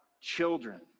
children